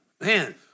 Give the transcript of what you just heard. Man